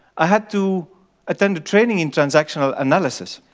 i had to attend training in transactional analysis,